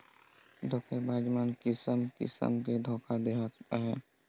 धोखेबाज मन किसिम किसिम ले धोखा देहत अहें